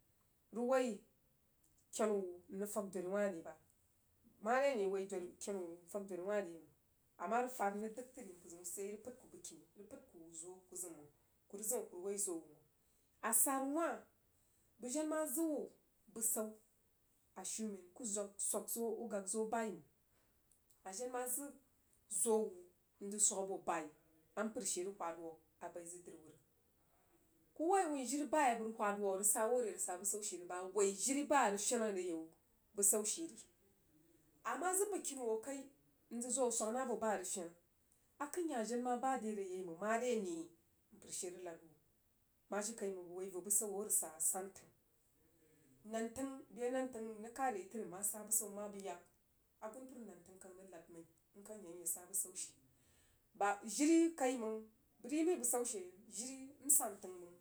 Rəg woi kenu wu n rəg fag dori wah re bah mare ane woi dori kenu wun fas deri wah re məng a rəg fad n rəg dəg təri mpər zəun sidye, rəg pəd ku bəgkini rəg pəd ku zo ku zim məng ku rəg zim aku rəg woi zo wu məng. A sara wah bəg jen ma zəg wu bəsan a shiumen ku zwag swag zo u gag zo bai məng a den ma zəg zo wu n zəg swag abo bai a mpər she rəg whed wuh a bai zəg dri wu rəg. Ku wui wuin jori ba a bə rəg whad wo arəg sa bəsau she re ba woi jiri ba arəg fen are yau bəsau sheri. Ama zəg bəskini wuh kai n zəg zo wuh swag nah bo ba arəg fen akən hah amajen ba re yei məng mare ane mnər she rəg nad wuh ma jiri kai məng bəg woi vo bəsau arəg sa san təng nan təng be nan təng n rəg kad yei təri, mma bəi sa bəsau mma bəi yak agunpər nan təng kan rəg nad məin kan yak nye sa bəsan she ba jiri kai məng bag yi məi bəsanshe jiri n san təng məng